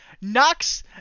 Knocks